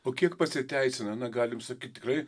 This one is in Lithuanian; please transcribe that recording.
o kiek pasiteisina na galim sakyt tikrai